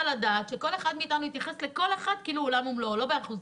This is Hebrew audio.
לדעת שכל אחד מאיתנו יתייחס לכל פרט כעולם ומלואו ולא על פי אחוזים.